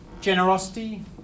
generosity